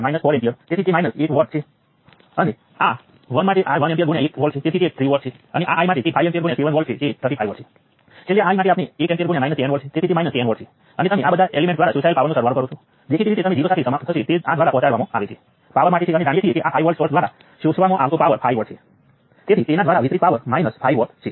તેથી અહીં આ એલિમેન્ટ જે પહેલા શૂન્ય હતું કારણ કે નોડ્સ 1 અને 3 વચ્ચે કોઈ કન્ડકટન્સ જોડાયેલ નથી તે હવે માઈનસ G13 બની જાય છે